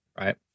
Right